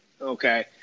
okay